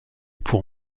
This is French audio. pour